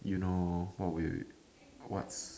you know what we what